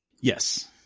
Yes